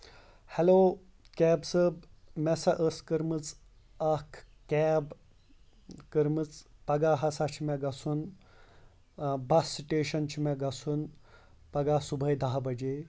hello کیاہ ژٕ مےٚ سا ٲسۍ کٔرمٕژ اکھ کیب کٔرمٕژ پگہہ ہسا چھُ مےٚ گژھُن بس سِٹیشن چھُ مےٚ گژھُن پگہہ صبُحٲے دہ بَجے